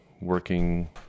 working